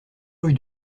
rue